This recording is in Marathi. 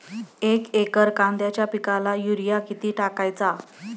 एक एकर कांद्याच्या पिकाला युरिया किती टाकायचा?